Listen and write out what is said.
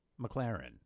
McLaren